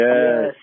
Yes